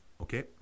Okay